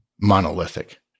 monolithic